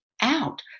out